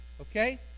Okay